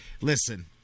listen